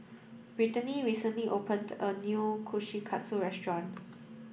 Britany recently opened a new Kushikatsu restaurant